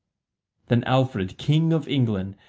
then alfred, king of england,